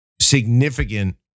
significant